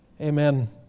Amen